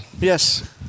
Yes